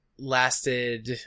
lasted